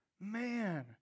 Man